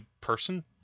person